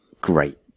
great